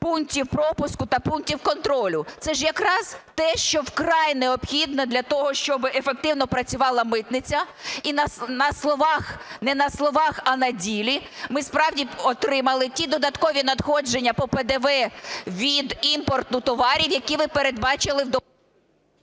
пунктів пропуску та пунктів контролю? Це ж якраз те, що вкрай необхідно для того, щоб ефективно працювала митниця не на словах, а на ділі. Ми справді б отримали ті додаткові надходження по ПДВ від імпорту товарів, які ви передбачили в...